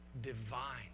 divine